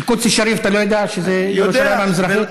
אל-קודס א-שריף, אתה לא יודע שזה ירושלים המזרחית?